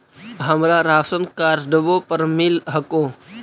हमरा राशनकार्डवो पर मिल हको?